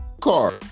car